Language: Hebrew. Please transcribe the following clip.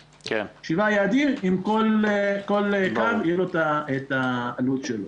שבעה יעדים עם כל אחד והעלות שלו.